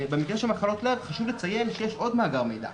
במקרה של מחלות לב חשוב לציין שיש עוד מאגר מידע,